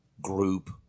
group